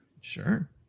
Sure